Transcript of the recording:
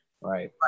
Right